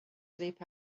sleep